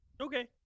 Okay